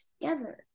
together